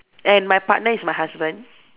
and my partner is my husband